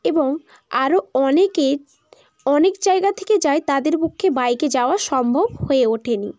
এবং আরও অনেকে অনেক জায়গা থেকে যায় তাদের পক্ষে বাইকে যাওয়া সম্ভব হয়ে ওঠে নি